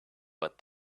what